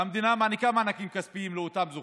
והמדינה מעניקה מענקים כספיים לאותם זוכים,